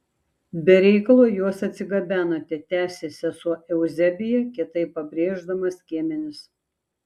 be reikalo juos atsigabenote tęsė sesuo euzebija kietai pabrėždama skiemenis